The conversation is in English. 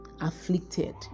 afflicted